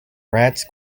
rats